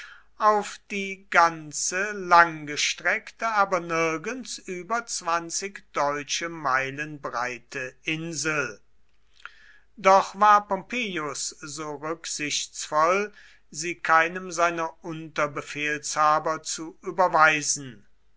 auf die ganze ianggestreckte aber nirgends über zwanzig deutsche meilen breite insel doch war pompeius so rücksichtsvoll sie keinem seiner unterbefehlshaber zu überweisen